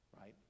right